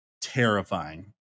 terrifying